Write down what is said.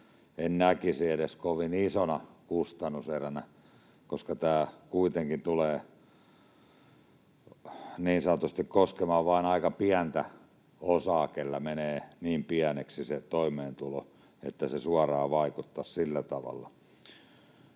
en näkisi tätä edes kovin isona kustannuseränä, koska tämä kuitenkin tulee niin sanotusti koskemaan vain aika pientä osaa, niitä, kenellä menee niin pieneksi se toimeentulo, että se suoraan vaikuttaisi sillä tavalla.